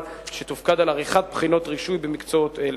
שתופקד על עריכת בחינות רישוי במקצועות אלה.